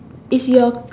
is your